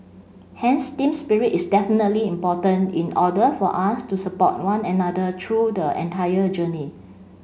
hence team spirit is definitely important in order for us to support one another through the entire journey